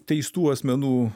teistų asmenų